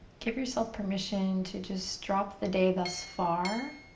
give yourself permission to just drop the day thus far.